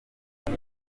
abo